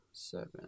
seven